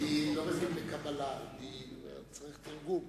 אני לא מבין בקבלה, אני צריך תרגום.